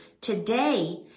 today